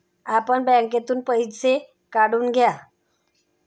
आपण बँकेतून पैसे काढून घ्या